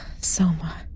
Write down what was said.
Soma